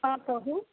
हँ कहू